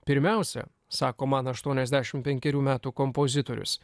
pirmiausia sako man aštuoniasdešimt penkerių metų kompozitorius